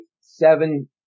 seven